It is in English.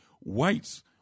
whites